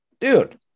dude